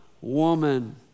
woman